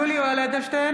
יולי יואל אדלשטיין,